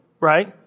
right